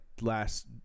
Last